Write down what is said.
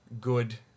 good